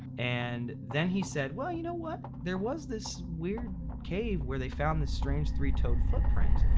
and then he said, well you know what, there was this weird cave where they found this strange, three-toed footprint.